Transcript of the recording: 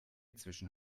zwischen